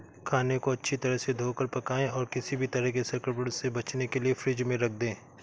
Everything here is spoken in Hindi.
खाने को अच्छी तरह से धोकर पकाएं और किसी भी तरह के संक्रमण से बचने के लिए फ्रिज में रख दें